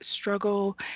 struggle